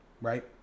right